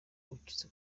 ukize